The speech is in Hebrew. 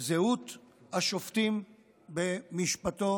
זהות השופטים במשפטו